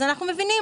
אנחנו מבינים,